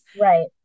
Right